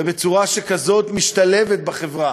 ובצורה שמשתלבת בחברה.